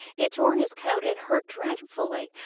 it tore his coat and hurt dreadfully,